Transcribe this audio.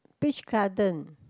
Peach Garden